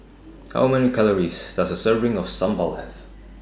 How Many Calories Does A Serving of Sambal Have